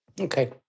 Okay